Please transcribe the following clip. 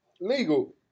legal